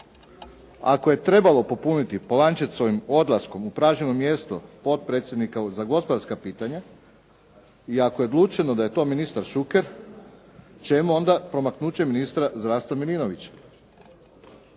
Ako je trebalo popuniti Polančecovim odlaskom upraženo mjesto potpredsjednika za gospodarska pitanja i ako je odlučeno da je to ministar Šuker, čemu onda promaknuće ministra zdravstva Milinovića?